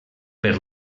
per